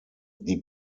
die